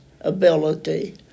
ability